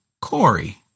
Corey